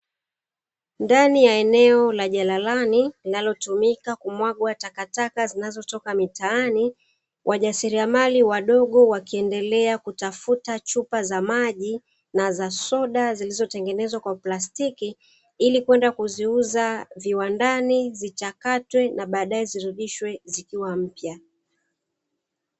Ndani ya eneo la jalalani, linalotumika kumwagwa takataka zinazotoka mitaani, wajasiliamali wadogo, wakiendelea kutafuta chupa za maji na za soda zilizotengenezwa kwa plastiki ili kwenda kuziuza kiwandani zichakatwe na baadae zirudishwe zikiwa mpya.